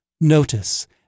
notice